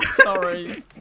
sorry